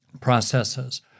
processes